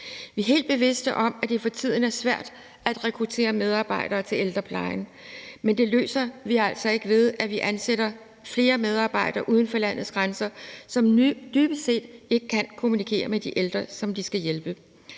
Vi er helt bevidste om, at det for tiden er svært at rekruttere medarbejdere til ældreplejen, men det problem løser vi altså ikke, ved at vi ansætter flere medarbejdere, der er hentet uden for landets grænser, og som dybest set ikke kan kommunikere med de ældre, som de skal hjælpe.